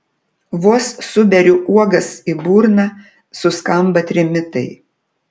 vos suberiu uogas į burną suskamba trimitai